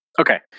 Okay